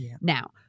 Now